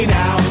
now